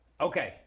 Okay